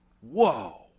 Whoa